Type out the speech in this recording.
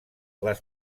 les